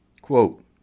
Quote